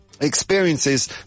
experiences